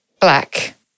Black